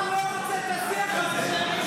העם לא רוצה את השיח הזה.